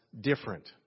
different